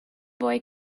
boy